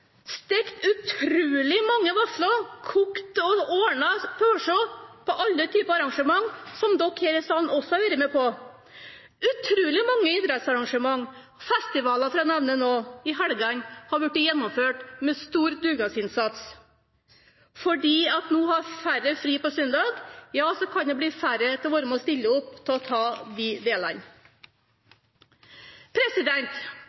utrolig mange vafler, kokt og ordnet pølser på alle typer arrangementer, som dere her i salen også har vært med på. Utrolig mange idrettsarrangementer og festivaler i helgene – for å nevne noe – har vært gjennomført med stor dugnadsinnsats. Når færre har fri på søndag, kan det bli færre til å være med og stille opp og ta de